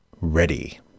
Ready